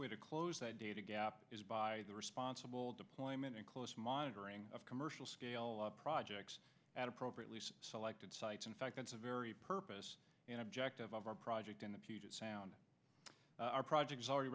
way to close that data gap is by the responsible deployment and close monitoring of commercial scale of projects at appropriately selected sites in fact that's a very purpose and objective of our project in the puget sound our project is already